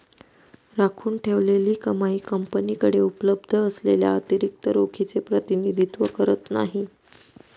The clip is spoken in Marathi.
राखून ठेवलेली कमाई कंपनीकडे उपलब्ध असलेल्या अतिरिक्त रोखीचे प्रतिनिधित्व करत नाही